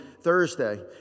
Thursday